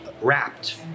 wrapped